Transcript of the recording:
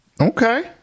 Okay